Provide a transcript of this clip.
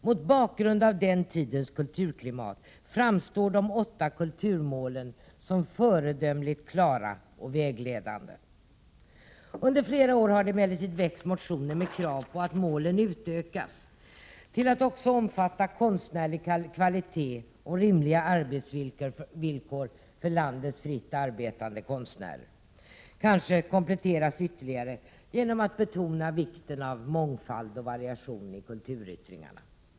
Mot bakgrund av den tidens kulturklimat framstår de åtta kulturmålen som föredömligt klara och vägledande. Under flera år har det emellertid väckts motioner med krav på att målen utökas till att också omfatta konstnärlig kvalitet och rimliga arbetsvillkor för landets fritt arbetande konstnärer. Kanske bör dessa krav kompletteras ytterligare genom att man betonar vikten av mångfald och variation i kulturyttringarna.